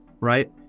right